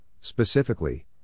specifically